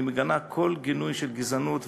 אני מגנה כל גילוי של גזענות ואלימות,